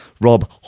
rob